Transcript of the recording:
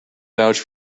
vouch